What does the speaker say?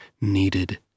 needed